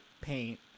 paint